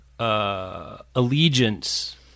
Allegiance